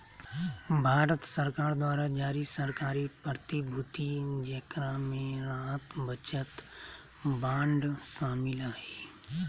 भारत सरकार द्वारा जारी सरकारी प्रतिभूति जेकरा मे राहत बचत बांड शामिल हइ